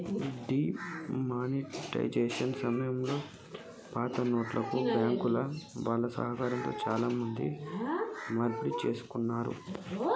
D monetisation సమయంలో పాతనోట్లను బ్యాంకుల వాళ్ళ సహకారంతో చానా మంది మార్పిడి చేసుకున్నారు